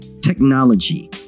technology